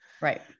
Right